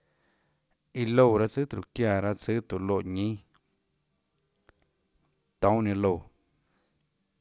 Iã loúã raâ tsùàtróhå çiáã tsùâ tóå loèñínâ, toúnâ ninã loúã.